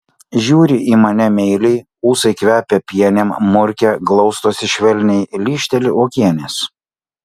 žiūri į mane meiliai ūsai kvepia pienėm murkia glaustosi švelniai lyžteli uogienės